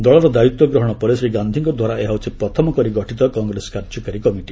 ଦଳର ଦାୟିତ୍ୱ ଗ୍ରହଣ ପରେ ଶ୍ରୀ ଗାନ୍ଧୀଙ୍କ ଦ୍ୱାରା ଏହା ହେଉଛି ପ୍ରଥମ କରି ଗଠିତ କଂଗ୍ରେସ କାର୍ଯ୍ୟକାରୀ କମିଟି